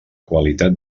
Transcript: qualitat